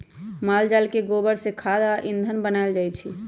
माल जाल के गोबर से खाद आ ईंधन बनायल जाइ छइ